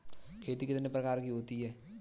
खेती कितने प्रकार की होती है?